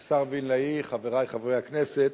השר וילנאי, חברי חברי הכנסת,